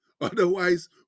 Otherwise